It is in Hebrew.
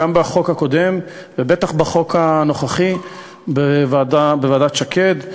גם בחוק הקודם ובטח בחוק הנוכחי בוועדת שקד.